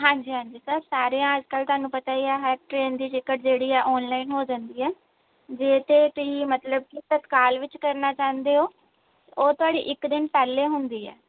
ਹਾਂਜੀ ਹਾਂਜੀ ਸਰ ਸਾਰੇ ਅੱਜ ਕੱਲ੍ਹ ਤੁਹਾਨੂੰ ਪਤਾ ਹੀ ਆ ਹਰ ਟਰੇਨ ਦੀ ਟਿਕਟ ਜਿਹੜੀ ਹੈ ਔਨਲਾਈਨ ਹੋ ਜਾਂਦੀ ਹੈ ਜੇ ਤਾਂ ਤੁਸੀਂ ਮਤਲਬ ਕਿ ਤਤਕਾਲ ਵਿੱਚ ਕਰਨਾ ਚਾਹੁੰਦੇ ਹੋ ਉਹ ਤੁਹਾਡੀ ਇੱਕ ਦਿਨ ਪਹਿਲਾਂ ਹੁੰਦੀ ਹੈ